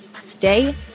stay